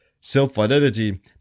self-identity